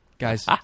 Guys